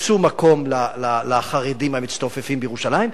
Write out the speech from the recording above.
חיפשו מקום לחרדים המצטופפים בירושלים,